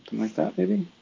like that maybe,